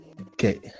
okay